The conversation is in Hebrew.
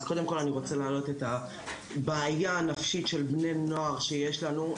אז קודם כל אני רוצה להעלות את הבעיה הנפשית של בני נוער שיש לנו,